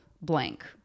blank